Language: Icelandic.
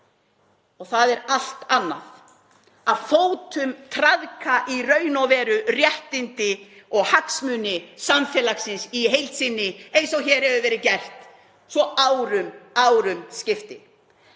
og það er allt annað að fótum traðka réttindi og hagsmuni samfélagsins í heild sinni eins og hér hefur verið gert svo árum skiptir.